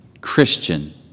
Christian